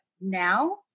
Now